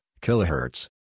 kilohertz